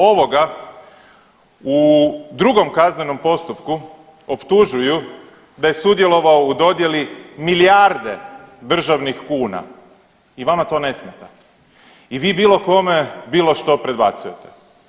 Ovoga u drugom kaznenom postupku optužuju da je sudjelovao u dodjeli milijarde državnih kuna i vama to ne smeta i vi bilo kome, bilo što predbacujete.